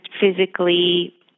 physically